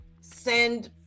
send